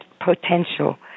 potential